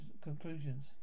conclusions